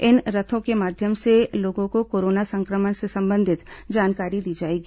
इन रथों के माध्यम से लोगों को कोरोना संक्रमण से संबंधित जानकारी दी जाएगी